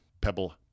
Pebble